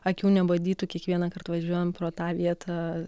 akių nebadytų kiekvienąkart važiuojant pro tą vietą